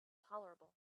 tolerable